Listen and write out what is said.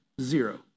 zero